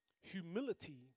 humility